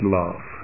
love